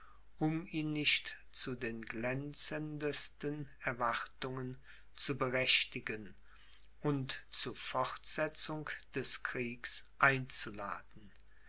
um ihn nicht zu den glänzendsten erwartungen zu berechtigen und zu fortsetzung des kriegs einzuladen